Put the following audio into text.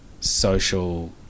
social